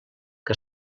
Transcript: que